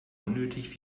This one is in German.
unnötig